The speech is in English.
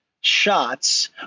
shots